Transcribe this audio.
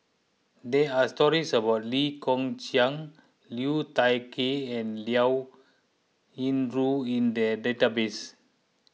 there are stories about Lee Kong Chian Liu Thai Ker and Liao Yingru in the database